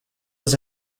was